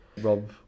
Rob